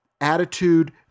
attitude